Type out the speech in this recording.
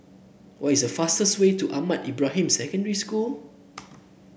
what is a fastest way to Ahmad Ibrahim Secondary School